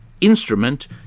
instrument